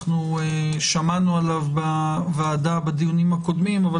שמענו עליו בוועדה בדיונים הקודמים אבל